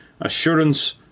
assurance